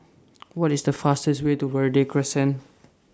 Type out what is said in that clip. What IS The fastest Way to Verde Crescent